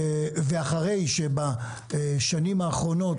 ואחרי שבשנים האחרונות,